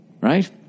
right